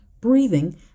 breathing